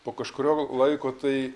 po kažkurio laiko tai